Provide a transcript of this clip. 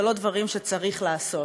ולא דברים שצריך לעשות.